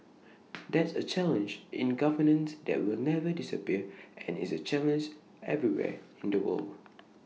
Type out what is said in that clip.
that's A challenge in governance that will never disappear and is A challenge everywhere in the world